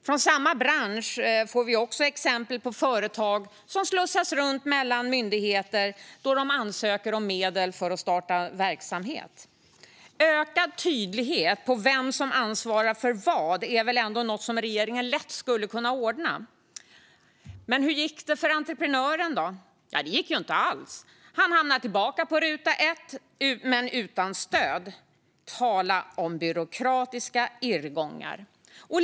Från samma bransch får vi också exempel på företag som slussas runt mellan myndigheter då de ansöker om medel för att starta verksamhet. Ökad tydlighet om vem som ansvarar för vad är väl ändå något som regeringen lätt skulle kunna ordna. Men hur gick det för entreprenören? Det gick inte alls. Han hamnade tillbaka på ruta 1, men utan stöd. Tala om byråkratiska irrgångar.